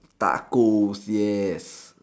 tacos yes